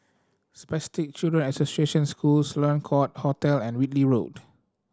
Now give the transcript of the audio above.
Spastic Children Association School Sloane Court Hotel and Whitley Road